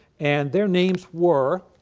and there names were,